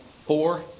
four